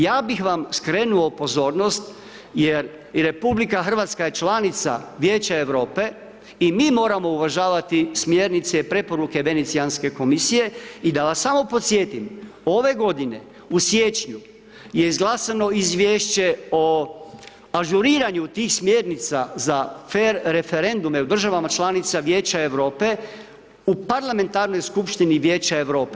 Ja bih vam skrenuo pozornost, jer i Republika Hrvatska je članica Vijeća Europe, i mi moramo uvažavati smjernice i preporuke Venecijanske komisije, i da vas samo podsjetim, ove godine u siječnju je izglasano Izviješće o ažuriranju tih smjernica za fer referendume u državama članica Vijeća Europe u parlamentarnoj skupštini Vijeća Europe.